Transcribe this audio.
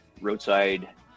roadside